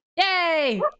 Yay